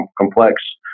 complex